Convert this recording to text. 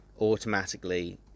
automatically